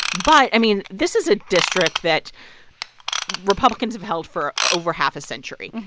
but, i mean, this is a district that republicans have held for over half a century.